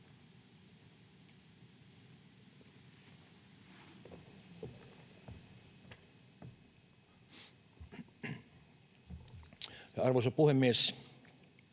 Arvoisa puhemies,